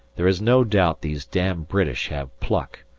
there is no doubt these damned british have pluck,